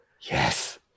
yes